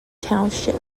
township